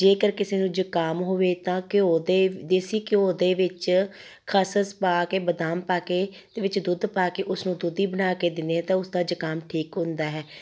ਜੇਕਰ ਕਿਸੇ ਨੂੰ ਜ਼ੁਕਾਮ ਹੋਵੇ ਤਾਂ ਘਿਓ ਅਤੇ ਦੇਸੀ ਘਿਓ ਦੇ ਵਿੱਚ ਖਸਖਸ ਪਾ ਕੇ ਬਦਾਮ ਪਾ ਕੇ ਅਤੇ ਵਿੱਚ ਦੁੱਧ ਪਾ ਕੇ ਉਸਨੂੰ ਦੋਧੀ ਬਣਾ ਕੇ ਦਿੰਦੇ ਆ ਤਾਂ ਉਸਦਾ ਜ਼ੁਕਾਮ ਠੀਕ ਹੁੰਦਾ ਹੈ